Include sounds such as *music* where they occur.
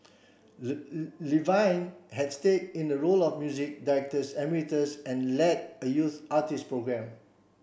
*unintelligible* Levine had stayed in a role of music *unintelligible* emeritus and led a youth artist program